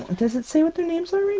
does it say what their names are?